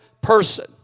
person